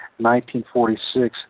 1946